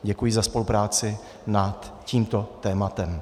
Děkuji za spolupráci nad tímto tématem.